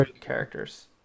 characters